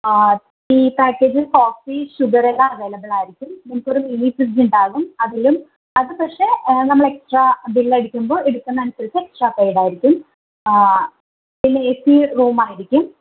tea packet coffee ഷുഗറെല്ലാം അവൈലബിളായിരിക്കും നിങ്ങൾക്കൊരു മിനി ഫ്രിഡ്ജുണ്ടാകും അതിലും അത് പക്ഷേ നമ്മളെക്സ്ട്രാ ബില്ലടിക്കുമ്പോൾ എടുക്കുന്നതിനനുസരിച്ച് ചാർജ്ജ് ചെയ്യുന്നതായിരിക്കും പിന്നെ ഏ സി റൂമായിരിക്കും